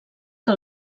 que